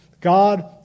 God